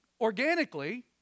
organically